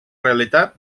realitat